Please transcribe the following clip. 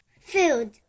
Food